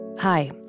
Hi